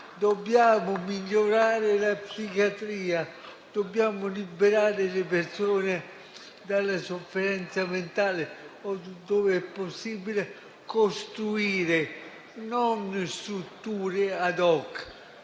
Dobbiamo migliorare la psichiatria, dobbiamo liberare le persone dalla sofferenza mentale e, dove è possibile, non costruire strutture *ad hoc*,